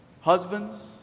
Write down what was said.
husbands